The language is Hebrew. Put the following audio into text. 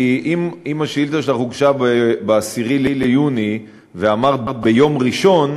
כי אם השאילתה שלך הוגשה ב-10 ביוני ואמרת ביום ראשון,